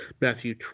Matthew